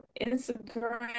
Instagram